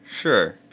sure